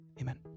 Amen